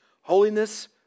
Holiness